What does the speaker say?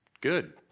good